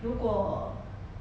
如果